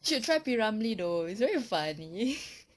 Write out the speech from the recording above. should try P ramlee though it very funny